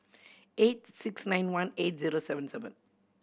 eight six nine one eight zero seven seven